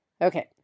Okay